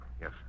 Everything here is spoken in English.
Yes